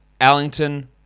Allington